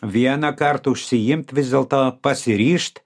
vienąkart užsiimt vis dėlto pasiryžt